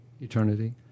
eternity